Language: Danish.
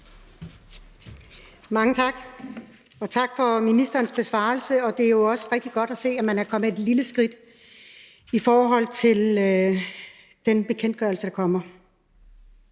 Mange tak. Og tak for ministerens besvarelse. Det er jo også rigtig godt at se, at man er kommet et lille skridt i forhold til den bekendtgørelse, der kommer.